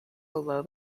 below